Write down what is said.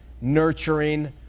nurturing